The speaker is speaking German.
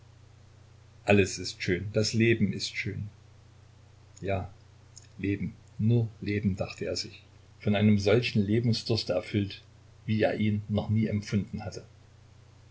alles ist schön das leben ist schön ja leben nur leben dachte er sich von einem solchen lebensdurste erfüllt wie er ihn noch nie empfunden hatte